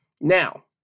Now